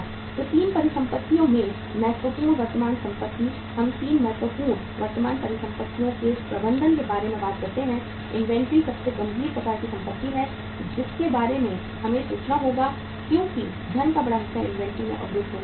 तो 3 परिसंपत्तियों में महत्वपूर्ण वर्तमान संपत्ति हम 3 महत्वपूर्ण वर्तमान परिसंपत्तियों के प्रबंधन के बारे में बात करते हैं इन्वेंट्री सबसे गंभीर प्रकार की संपत्ति है जिसके बारे में हमें सोचना होगा क्योंकि धन का बड़ा हिस्सा इन्वेंट्री में अवरुद्ध होने वाला है